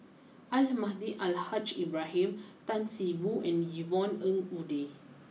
Almahdi Al Haj Ibrahim Tan see Boo and Yvonne Ng Uhde